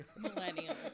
Millennials